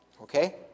okay